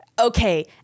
okay